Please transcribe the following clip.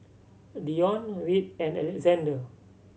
Dionne Reid and Alexander